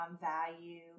value